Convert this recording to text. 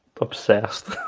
obsessed